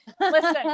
Listen